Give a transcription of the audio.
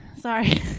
Sorry